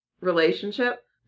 relationship